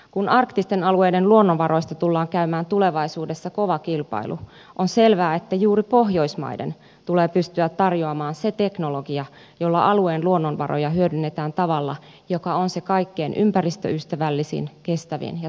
kun arktisten alueiden luonnonvaroista tullaan käymään tulevaisuudessa kova kilpailu on selvää että juuri pohjoismaiden tulee pystyä tarjoamaan se teknologia jolla alueen luonnonvaroja hyödynnetään tavalla joka on se kaikkein ympäristöystävällisin kestävin ja taloudellisin